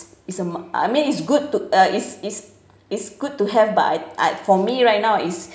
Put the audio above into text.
is a I mean it's good to uh is is is good to have but I I for me right now is